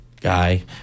guy